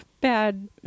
bad